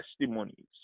testimonies